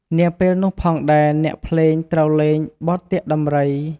នាពេលនោះផងដែរ អ្នកភ្លេងត្រូវលេង បទទាក់ដំរី។